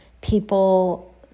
people